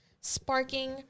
sparking